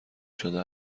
شده